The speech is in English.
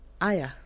Aya